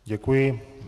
Děkuji.